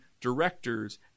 directors